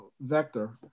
vector